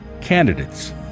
candidates